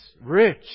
Rich